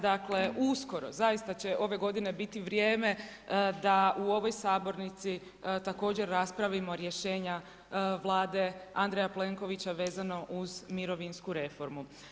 Dakle uskoro, zaista će ove godine biti vrijeme da u ovoj sabornici također raspravimo rješenja Vlade Andreja Plenkovića vezano uz mirovinsku reformu.